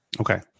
Okay